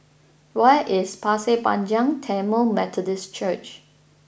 where is Pasir Panjang Tamil Methodist Church